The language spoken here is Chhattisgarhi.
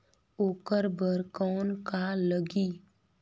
ओकर बर कौन का लगी?